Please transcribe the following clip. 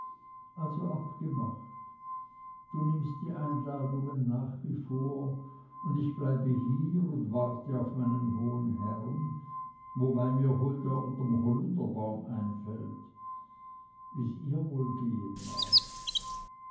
also abgemacht du nimmst die einladungen an nach wie vor und ich bleibe hier und warte auf meinen hohen herrn wobei mir hulda unterm holunderbaum einfällt wie's ihr wohl gehen mag